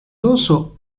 also